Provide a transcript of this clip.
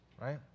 right